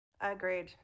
Agreed